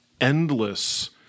endless